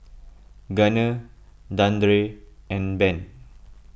Gunner Dandre and Ben